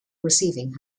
receiving